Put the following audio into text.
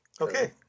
Okay